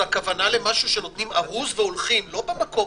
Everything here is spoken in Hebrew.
כתוב במפורש.